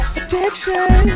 addiction